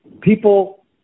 people